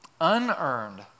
unearned